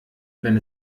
wenn